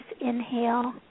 inhale